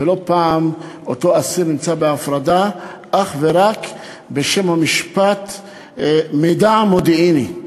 ולא פעם אותו אסיר נמצא בהפרדה אך ורק בשם המשפט "מידע מודיעיני",